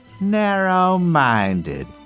narrow-minded